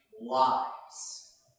lives